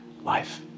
life